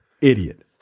idiot